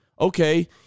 Okay